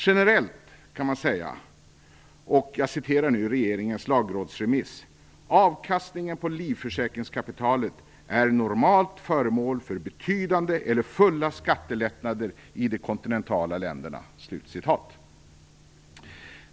Generellt kan man säga som det står i regeringens lagrådsremiss: Avkastningen på livförsäkringskapitalet är normalt föremål för betydande eller fulla skattelättnader i de kontinentala länderna.